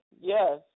Yes